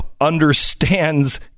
understands